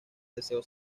deseo